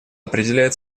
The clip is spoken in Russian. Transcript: определяет